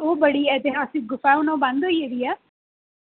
ओह् बड़ी ऐतिहासिक गुफा ऐ हून ओह् बंद होई गेदी ऐ